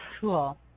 Cool